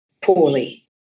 poorly